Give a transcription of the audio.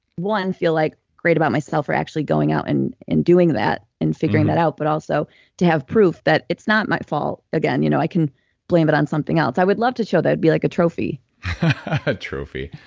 one, feel like great about myself for actually going out and and doing that and figuring that out but also to have proof that it's not my fault. again, you know i can blame it on something else. i would love to show that. it'd be like a trophy a trophy.